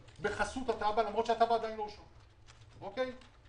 אני יכול לספר הרבה על מה שאנחנו עושים.